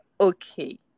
okay